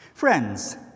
Friends